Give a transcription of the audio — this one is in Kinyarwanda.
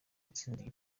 atsinze